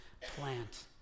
plant